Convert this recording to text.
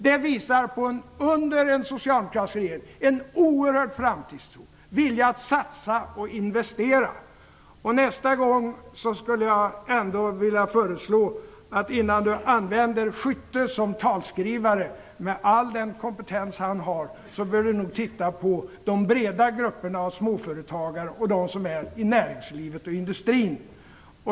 Det visar under en socialdemokratisk regering på en oerhörd framtidstro, vilja att satsa och investera. Till nästa gång skulle jag ändå vilja föreslå Lars Leijonborg, innan han använder Skytte som talskrivare med all den kompetens han har, att titta på de breda grupperna av småföretagare och dem som är inom näringslivet och industrin.